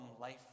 life